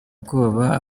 ubwoba